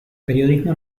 periodismo